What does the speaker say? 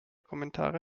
kommentare